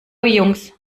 jungs